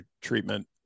treatment